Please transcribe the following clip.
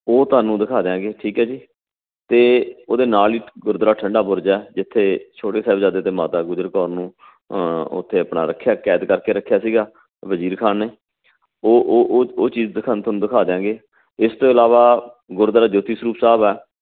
ਉਹ ਤੁਹਾਨੂੰ ਦਿਖਾ ਦਿਆਂਗੇ ਠੀਕ ਹੈ ਜੀ ਅਤੇ ਉਹਦੇ ਨਾਲ ਹੀ ਗੁਰਦੁਆਰਾ ਠੰਢਾ ਬੁਰਜ ਹੈ ਜਿੱਥੇ ਛੋਟੇ ਸਾਹਿਬਜ਼ਾਦੇ ਅਤੇ ਮਾਤਾ ਗੁਜਰ ਕੌਰ ਨੂੰ ਉੱਥੇ ਆਪਣਾ ਰੱਖਿਆ ਕੈਦ ਕਰਕੇ ਰੱਖਿਆ ਸੀਗਾ ਵਜ਼ੀਰ ਖਾਨ ਨੇ ਉਹ ਉਹ ਉਹ ਉਹ ਚੀਜ਼ ਦਿਖਾ ਤੁਹਾਨੂੰ ਦਿਖਾ ਦਿਆਂਗੇ ਇਸ ਤੋਂ ਇਲਾਵਾ ਗੁਰਦੁਆਰਾ ਜੋਤੀ ਸਰੂਪ ਸਾਹਿਬ ਆ